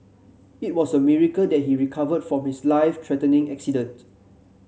it was a miracle that he recovered from his life threatening accident